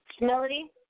Melody